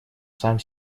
сам